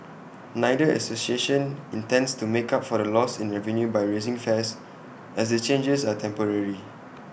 neither association intends to make up for the loss in revenue by raising fares as the changes are temporary